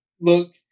look